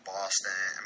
Boston